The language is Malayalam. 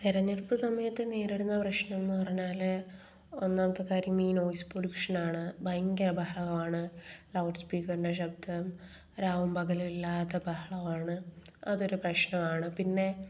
തെരഞ്ഞെടുപ്പ് സമയത്ത് നേരിടുന്ന പ്രശ്നമെന്ന് പറഞ്ഞാൽ ഒന്നാമത്തെ കാര്യം ഈ നോയ്സ് പൊലൂഷൻ ആണ് ഭയങ്കര ബഹളമാണ് ലൗഡ് സ്പീക്കറിൻ്റെ ശബ്ദം രാവും പകലും ഇല്ലാതെ ബഹളമാണ് അതൊരു പ്രശ്നം ആണ് പിന്നെ